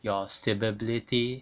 your stability